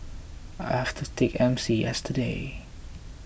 I've have to take M C yesterday